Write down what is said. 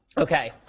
ok.